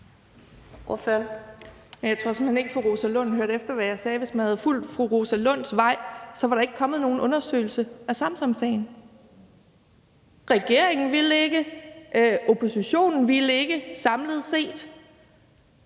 Jeg tror simpelt hen ikke, at fru Rosa Lund hørte efter, hvad jeg sagde. Hvis man havde fulgt fru Rosa Lunds vej, var der ikke kommet nogen undersøgelse af Samsamsagen. Regeringen ville ikke. Oppositionen ville samlet set